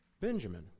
Benjamin